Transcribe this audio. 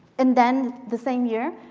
and then, the same year,